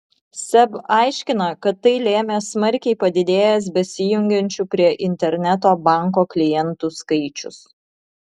seb aiškina kad tai lėmė smarkiai padidėjęs besijungiančių prie interneto banko klientų skaičius